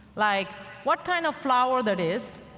like what kind of flower that is,